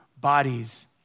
bodies